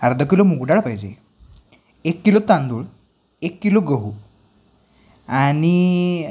अर्धा किलो मुगडाळ पाहिजे एक किलो तांदूळ एक किलो गहू आणि